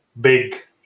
big